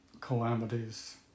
calamities